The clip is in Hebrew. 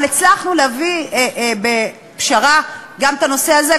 אבל הצלחנו להביא בפשרה גם את הנושא הזה,